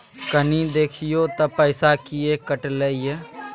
कनी देखियौ त पैसा किये कटले इ?